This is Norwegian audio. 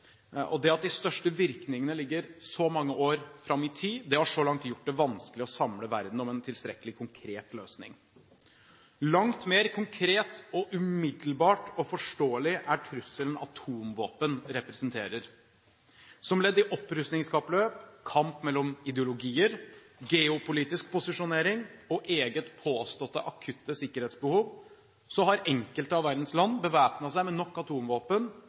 og det at de største virkningene ligger så langt fram i tid, har så langt gjort det vanskelig å samle verden om en tilstrekkelig konkret løsning. Langt mer konkret, umiddelbar og forståelig er trusselen atomvåpen representerer. Som ledd i et opprustningskappløp, kamp mellom ideologier, geopolitisk posisjonering og eget påståtte akutte sikkerhetsbehov har enkelte av verdens land bevæpnet seg med nok atomvåpen til å kunne ødelegge menneskeheten mange ganger. Av verdens over 20 000 atomvåpen